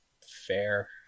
fair